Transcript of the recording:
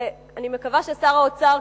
ואני מקווה ששר האוצר,